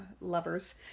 lovers